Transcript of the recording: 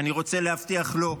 אני רוצה להבטיח לו,